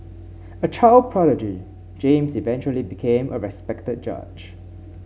a child prodigy James eventually became a respected judge